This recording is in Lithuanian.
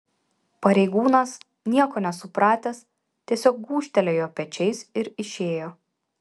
pareigūnas nieko nesupratęs tiesiog gūžtelėjo pečiais ir išėjo